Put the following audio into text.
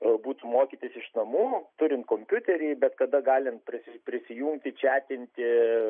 galbūt mokytis iš namų turint kompiuterį bet kada galint prisi prisijungti čiatinti